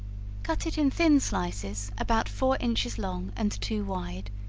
cut it in thin slices, about four inches long and two wide,